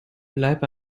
bleib